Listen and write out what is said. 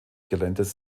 geländes